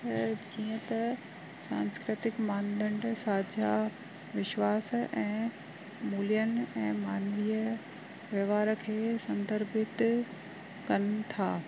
त जीअं त सांस्कृतिक मान दंड साझा विश्वास ऐं मूल्यनि ऐं मानवीय वहिंवार खे संदर्भित कनि था